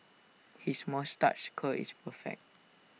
his moustache curl is perfect